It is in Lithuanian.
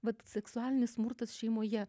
vat seksualinis smurtas šeimoje